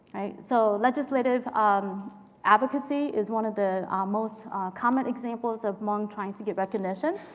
so legislative um advocacy is one of the most common examples of hmong trying to get recognition.